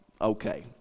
okay